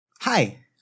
Hi